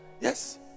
yes